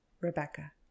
Rebecca